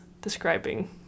describing